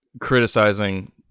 criticizing